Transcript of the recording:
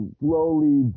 slowly